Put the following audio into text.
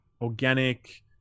organic